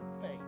faith